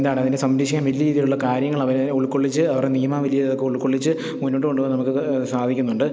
എന്താണ് അതിനെ സംരക്ഷിക്കാൻ വലിയ രീതിയിലുള്ള കാര്യങ്ങളവരേ ഉൾക്കൊള്ളിച്ച് അവരുടെ നിയമാവലി അതൊക്കെ ഉൾക്കൊള്ളിച്ച് മുന്നോട്ട് കൊണ്ടുപോവാൻ നമുക്ക് സാധിക്കുന്നുണ്ട്